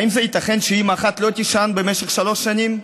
האם זה ייתכן שאימא אחת לא תישן במשך שלוש שנים,